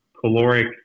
caloric